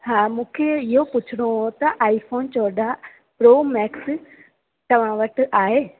हा मूंखे इहो पुछिणो हुओ त आई फ़ोन जो चोॾहं प्रो मैक्स तव्हां वटि आहे